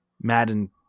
Madden